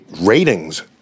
ratings